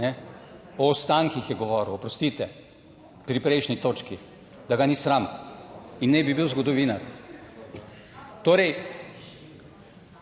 O ostankih je govoril, oprostite, pri prejšnji točki, da ga ni sram in naj bi bil zgodovinar.